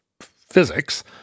physics